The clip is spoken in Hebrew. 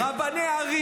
רבני ערים.